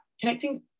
connecting